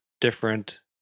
different